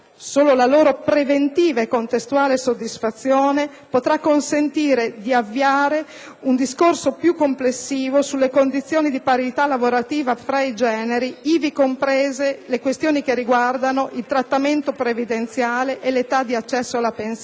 Solo la preventiva e contestuale soddisfazione di queste condizioni potrà consentire di avviare un discorso più complessivo sulle condizioni di parità lavorativa fra i generi, ivi comprese le questioni che riguardano il trattamento previdenziale e l'età di accesso alla pensione,